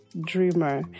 dreamer